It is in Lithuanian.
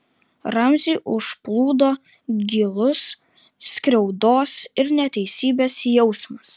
ramzį užplūdo gilus skriaudos ir neteisybės jausmas